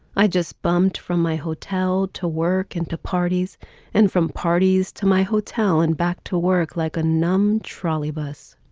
i just bumped from my hotel to work and to parties and from parties to my hotel and back to work like a numb trolley bus.